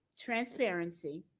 transparency